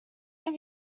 have